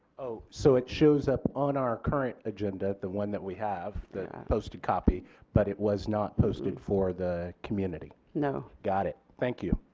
so it shows up on our current agenda the one that we have the proposed copy but it was not posted for the community. no. got it. thank you.